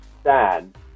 stand